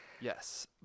Yes